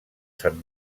sant